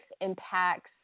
impacts